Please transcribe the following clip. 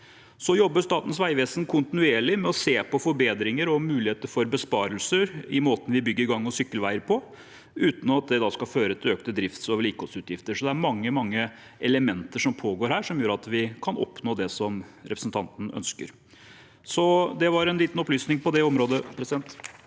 Statens veivesen jobber kontinuerlig med å se på forbedringer og muligheter for besparelser i måten vi bygger gang- og sykkelveier på uten at det skal føre til økte drifts- og vedlikeholdsutgifter. Det er altså mange elementer som pågår her, som gjør at vi kan oppnå det representanten ønsker. Det var en liten opplysning på det området. Frank